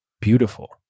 beautiful